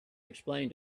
explain